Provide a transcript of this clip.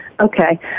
Okay